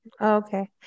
okay